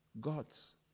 gods